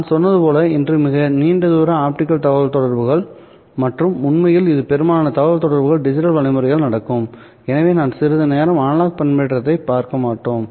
நான் சொன்னது போல் இன்று மிக நீண்ட தூர ஆப்டிகல் தகவல்தொடர்புகள் மற்றும் உண்மையில் இன்று பெரும்பாலான தகவல்தொடர்புகள் டிஜிட்டல் வழிமுறையால் நடக்கும் எனவே நாம் சிறிது நேரம் அனலாக் பண்பேற்றத்தைப் பார்க்க மாட்டோம்